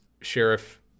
Sheriff